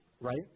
right